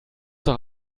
doch